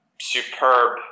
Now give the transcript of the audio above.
superb